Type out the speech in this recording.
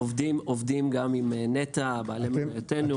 עובדים גם עם נת"ע, בעלי מניותינו בקו האדום.